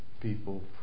people